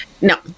No